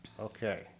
Okay